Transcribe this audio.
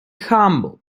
humble